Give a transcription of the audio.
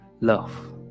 love